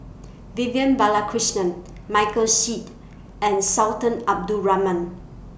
Vivian Balakrishnan Michael Seet and Sultan Abdul Rahman